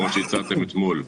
כפי שהצעתם אתמול.